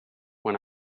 when